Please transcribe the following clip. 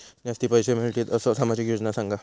जास्ती पैशे मिळतील असो सामाजिक योजना सांगा?